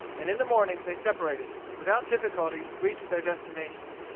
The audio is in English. and in the morning they separated, and without difficulty reached their destination.